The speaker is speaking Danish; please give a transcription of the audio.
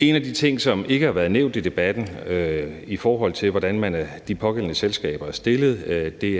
En af de ting, som ikke har været nævnt i debatten, i forhold til hvordan de pågældende selskaber er stillet,